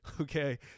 Okay